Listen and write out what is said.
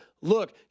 Look